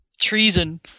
treason